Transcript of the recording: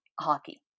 hockey